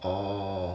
orh